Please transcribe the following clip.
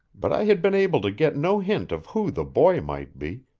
but i had been able to get no hint of who the boy might be,